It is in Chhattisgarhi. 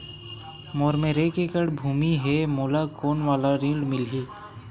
मोर मेर एक एकड़ भुमि हे मोला कोन वाला ऋण मिलही?